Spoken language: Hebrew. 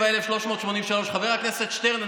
57,383. חבר הכנסת שטרן,